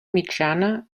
mitjana